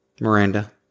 Miranda